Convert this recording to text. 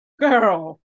Girl